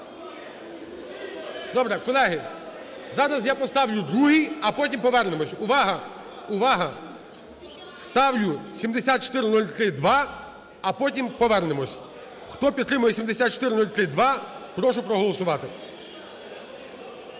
Добре. Колеги! Зараз я поставлю другий, а потім повернемось. Увага! Увага! Ставлю 7403-2, а потім повернемось. Хто підтримує 7403-2, прошу проголосувати.